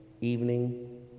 evening